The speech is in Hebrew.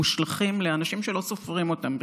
למושלכים, לאנשים שלא סופרים אותם בכלל.